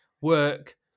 work